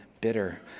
bitter